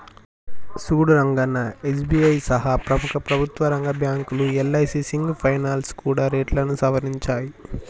సూడు రంగన్నా ఎస్.బి.ఐ సహా ప్రముఖ ప్రభుత్వ రంగ బ్యాంకులు యల్.ఐ.సి సింగ్ ఫైనాల్స్ కూడా రేట్లను సవరించాయి